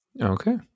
okay